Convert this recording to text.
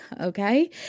Okay